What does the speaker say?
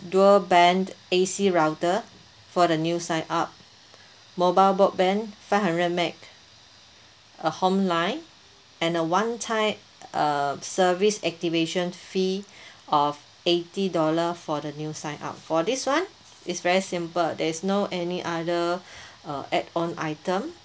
dual band A_C router for the new sign up mobile broadband five hundred meg a home line and one time uh service activation fee of eighty dollar for the new sign up for this one it's very simple there is no any other uh add on item